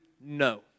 no